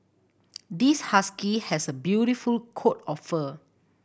this husky has a beautiful coat of fur